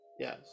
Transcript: yes